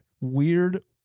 weird